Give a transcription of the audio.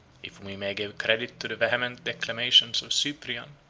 if we may give credit to the vehement declamations of cyprian,